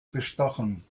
bestochen